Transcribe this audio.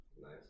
nice